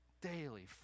daily